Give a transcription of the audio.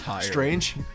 strange